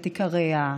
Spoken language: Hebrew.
את עיקריה,